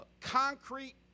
concrete